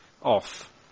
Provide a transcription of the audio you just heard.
off